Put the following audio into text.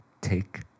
Take